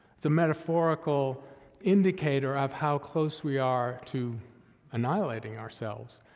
it's a metaphorical indicator of how close we are to annihilating ourselves,